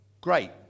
Great